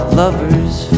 lover's